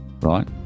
right